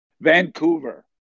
Vancouver